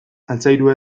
altzairua